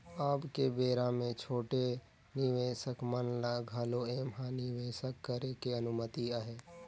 अब के बेरा मे छोटे निवेसक मन ल घलो ऐम्हा निवेसक करे के अनुमति अहे